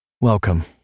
welcome